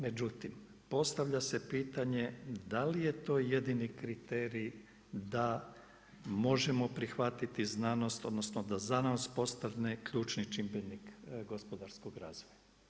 Međutim, postavlja se pitanje da li je to jedini kriterij da možemo prihvatiti znanost, odnosno da znanost postane ključni čimbenik gospodarskog razvoja.